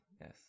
Yes